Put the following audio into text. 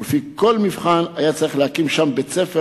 ולפי כל מבחן היה צריך להקים שם בית-ספר